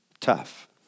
tough